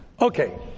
okay